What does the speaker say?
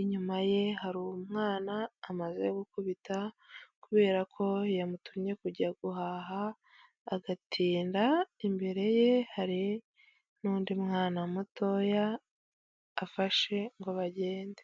inyuma ye hari umwana amaze gukubita kubera ko yamutumye kujya guhaha agatinda. Imbere ye hari n'undi mwana mutoya afashe ngo bagende.